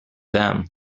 them